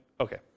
Okay